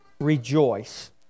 rejoice